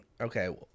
Okay